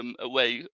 away